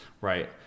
right